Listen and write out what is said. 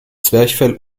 zwerchfell